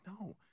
No